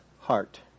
heart